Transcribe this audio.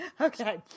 Okay